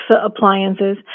appliances